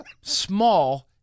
small